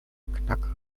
knacker